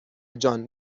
جان